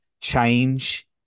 change